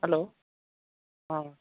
hello हां